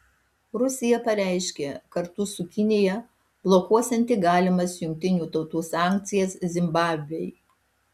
rusija pareiškė kartu su kinija blokuosianti galimas jungtinių tautų sankcijas zimbabvei